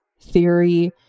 theory